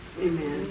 Amen